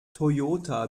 toyota